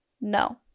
No